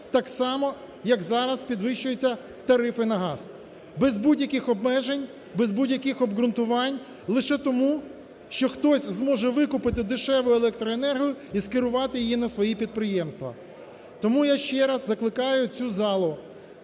так само, як зараз підвищується тарифи на газ, без будь-яких обмежень, без будь-яких обґрунтувань, лише тому, що хтось зможе викупити дешеву електроенергію і скерувати її на свої підприємства. Тому я ще раз закликаю цю залу